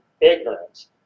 ignorance